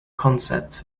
concepts